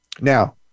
Now